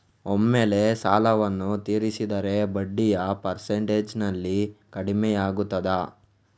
ಒಮ್ಮೆಲೇ ಸಾಲವನ್ನು ತೀರಿಸಿದರೆ ಬಡ್ಡಿಯ ಪರ್ಸೆಂಟೇಜ್ನಲ್ಲಿ ಕಡಿಮೆಯಾಗುತ್ತಾ?